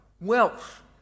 wealth